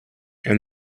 and